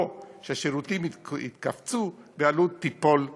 לא, שהשירותים יתכווצו והעלות תיפול עלינו.